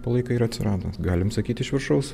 palaikai ir atsirado galim sakyt iš viršaus